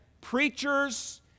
preachers